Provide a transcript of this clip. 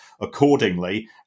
accordingly